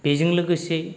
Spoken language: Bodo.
बेजों लोगोसे